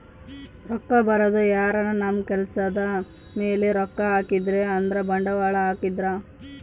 ರೊಕ್ಕ ಬರೋದು ಯಾರನ ನಮ್ ಕೆಲ್ಸದ್ ಮೇಲೆ ರೊಕ್ಕ ಹಾಕಿದ್ರೆ ಅಂದ್ರ ಬಂಡವಾಳ ಹಾಕಿದ್ರ